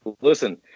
Listen